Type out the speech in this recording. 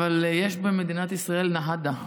אבל יש במדינת ישראל נהדה.